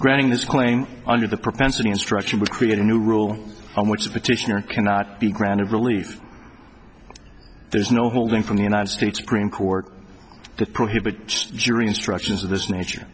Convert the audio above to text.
granting this claim under the propensity instruction would create a new rule on which the petitioner cannot be granted relief there's no holding from the united states supreme court to prohibit jury instructions of this nature